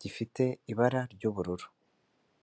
gifite ibara ry'ubururu.